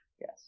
yes